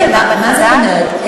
מה זאת אומרת?